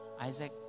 Isaac